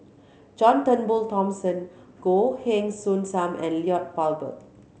John Turnbull Thomson Goh Heng Soon Sam and Lloyd Valberg